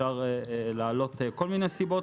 אפשר להעלות לזה כל מיני סיבות.